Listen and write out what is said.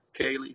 Kaylee